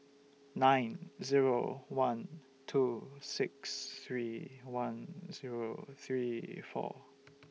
nine Zero one two six three one Zero three four